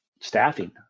staffing